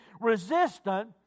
resistant